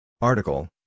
Article